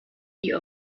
die